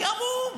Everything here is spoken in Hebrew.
אני המום.